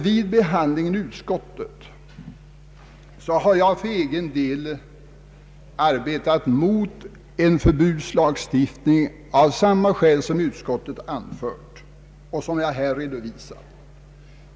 Vid behandlingen i utskottet har jag arbetat mot en förbudslagstiftning av samma skäl som utskottet anfört och som jag här har redovisat.